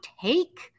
take